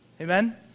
Amen